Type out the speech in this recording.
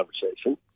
conversation